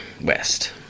West